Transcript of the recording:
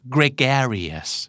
Gregarious